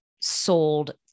sold